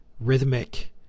rhythmic